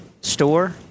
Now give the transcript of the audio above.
store